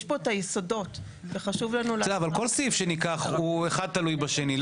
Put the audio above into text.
יש פה את היסודות וחשוב לנו --- אבל כל סעיף שניקח אחד תלוי בשני.